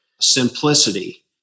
simplicity